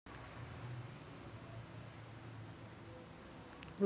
कृषी क्षेत्रात डिजिटल साधने आणि डेटा विश्लेषण वापरले जात आहे